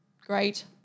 great